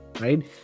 right